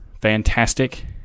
fantastic